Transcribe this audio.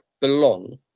belong